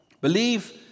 Believe